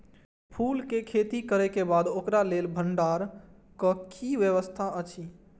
फूल के खेती करे के बाद ओकरा लेल भण्डार क कि व्यवस्था अछि?